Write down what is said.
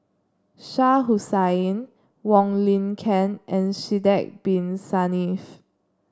Shah Hussain Wong Lin Ken and Sidek Bin Saniff